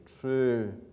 true